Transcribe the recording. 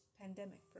pandemic